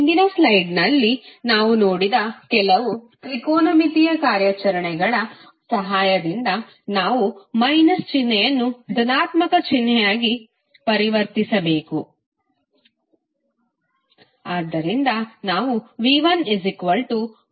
ಹಿಂದಿನ ಸ್ಲೈಡ್ನಲ್ಲಿ ನಾವು ನೋಡಿದ ಕೆಲವು ತ್ರಿಕೋನಮಿತಿಯ ಕಾರ್ಯಾಚರಣೆಗಳ ಸಹಾಯದಿಂದ ನಾವು ಮೈನಸ್ ಚಿಹ್ನೆಯನ್ನು ದನಾತ್ಮಕ ಚಿಹ್ನೆಯಾಗಿ ಪರಿವರ್ತಿಸಬೇಕು